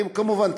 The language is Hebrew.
כמובן,